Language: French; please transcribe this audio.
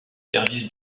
service